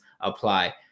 apply